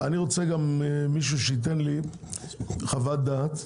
אני גם רוצה מישהו שייתן לי חוות דעת.